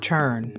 Turn